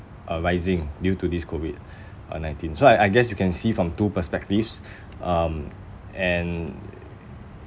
uh rising due to this COVID uh nineteen so I I guess you can see from two perspectives um and